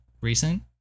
recent